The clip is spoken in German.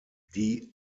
die